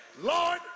lord